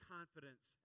Confidence